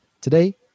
Today